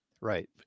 Right